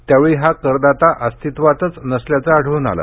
त्यावेळी हा करदाता अस्तित्वातच नसल्याचं आढळून आलं